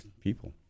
people